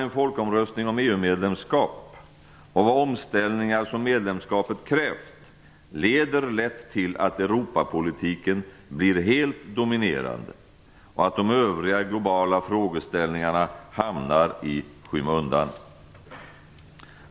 En folkomröstning om EU medlemskap och vilka omställningar som medlemskapet krävt leder lätt till att Europapolitiken blir helt dominerande och att övriga globala frågeställningar hamnar i skymundan.